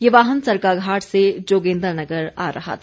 ये वाहन सरकाघाट से जोगिन्द्रनगर आ रहा था